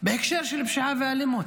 בהקשר של פשיעה ואלימות.